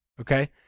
okay